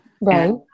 Right